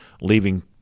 leaving